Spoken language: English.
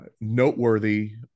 noteworthy